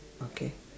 okay